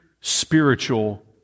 spiritual